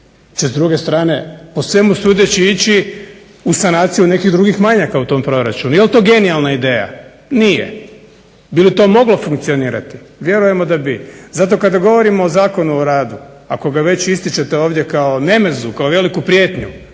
će s druge strane po svemu sudeći ići u sanaciju nekih drugih manjaka u tom proračunu. Jel to genijalna ideja, nije. Bi li to moglo funkcionirati, vjerujemo da bi. Zato kada govorimo o Zakonu o radu, ako ga već ističete ovdje kao nemezu, kao veliku prijetnju,